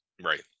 right